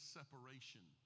separation